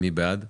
מי בעד,